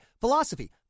philosophy